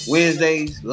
Wednesdays